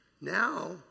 now